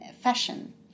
fashion